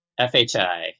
FHI